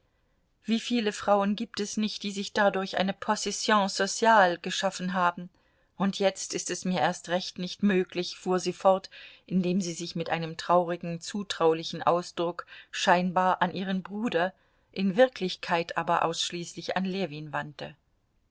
wie viele frauen gibt es nicht die sich dadurch eine position sociale geschaffen haben und jetzt ist es mir erst recht nicht möglich fuhr sie fort indem sie sich mit einem traurigen zutraulichen ausdruck scheinbar an ihren bruder in wirklichkeit aber ausschließlich an ljewin wandte